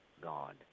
God